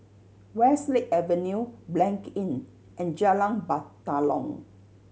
Westlake Avenue Blanc Inn and Jalan Batalong